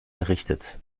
errichtet